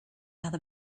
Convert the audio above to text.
other